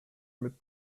mit